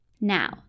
Now